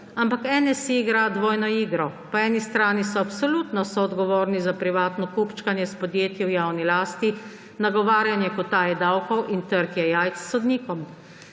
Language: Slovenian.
Ampak NSi igra dvojno igro; po eni strani so absolutno soodgovorni za privatno kupčkanje s podjetji v javni lasti, nagovarjanje k utaji davkov in za trtje jajc sodnikom.